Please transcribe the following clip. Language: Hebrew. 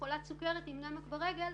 חולת סוכרת עם נמק ברגל,